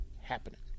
happening